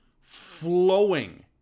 flowing